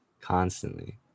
Constantly